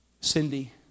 Cindy